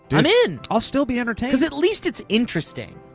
i'm in! i'll still be entertained. cause at least it's interesting.